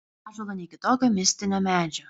nei ąžuolo nei kitokio mistinio medžio